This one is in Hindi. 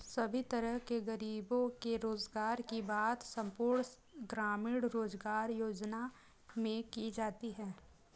सभी तरह के गरीबों के रोजगार की बात संपूर्ण ग्रामीण रोजगार योजना में की जाती है